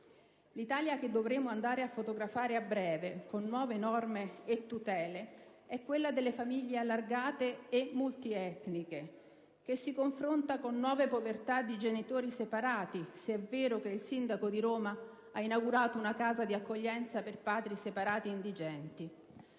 L'Italia che dovremo andare a fotografare a breve, con nuove norme e tutele, è quella delle famiglie allargate o multietniche, che si confronta con nuove povertà di genitori separati, se è vero che il sindaco di Roma ha inaugurato una casa di accoglienza per padri separati indigenti;